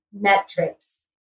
metrics